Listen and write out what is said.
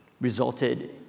resulted